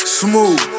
smooth